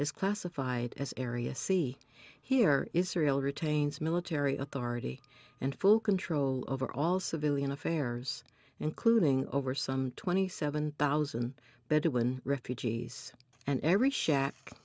is classified as area see here israel retains military authority and full control over all civilian affairs including over some twenty seven thousand bedouin refugees and every sha